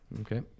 Okay